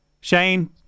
Shane